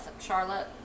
charlotte